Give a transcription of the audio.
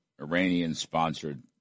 Iranian-sponsored